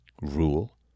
Rule